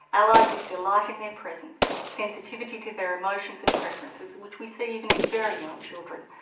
allied with delight in their presence, sensitivity to their emotions and preferences which we see even in very young children,